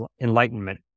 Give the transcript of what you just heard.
enlightenment